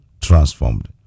transformed